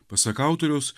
pasak autoriaus